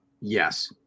Yes